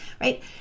right